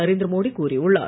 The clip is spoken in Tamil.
நரேந்திர மோடி கூறியுள்ளார்